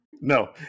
No